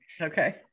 Okay